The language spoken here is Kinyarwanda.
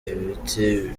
ibiti